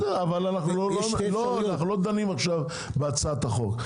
בסדר, אבל אנו לא דנים כעת בהצעת החוק.